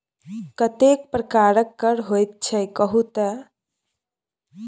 कतेक प्रकारक कर होइत छै कहु तए